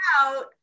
out